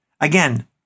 Again